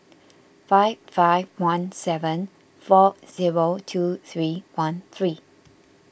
five five one seven four zero two three one three